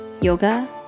yoga